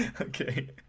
Okay